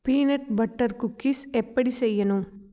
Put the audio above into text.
peanut butter cookies எப்படி செய்யணும்